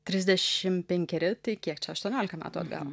trisdešim penkeri tai kiek čia aštuoniolika metų atgal